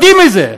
יודעים על זה,